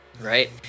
right